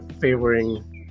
favoring